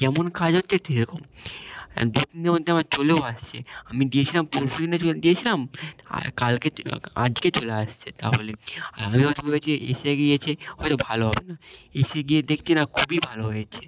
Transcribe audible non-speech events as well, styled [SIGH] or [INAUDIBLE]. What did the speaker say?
যেমন কাজের দিকে থেকে সেরকম যখন যেমন তেমন চলেও আসে আমি দিয়েছিলাম পরশু দিনে [UNINTELLIGIBLE] দিয়েছিলাম আর কালকে আজকে চলে আসছে তা বলে আর আমি হয়তো ভেবেছি এসে গিয়েছে হয়তো ভালো হবে না এসে গিয়ে দেখছি না খুবই ভালো হয়েছে